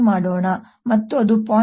ಮತ್ತು ಅದು 0